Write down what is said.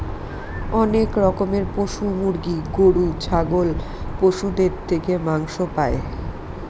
অনেক রকমের পশু মুরগি, গরু, ছাগল পশুদের থেকে মাংস পাই